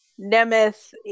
Nemeth